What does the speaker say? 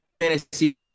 fantasy